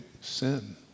sin